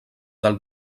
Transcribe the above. del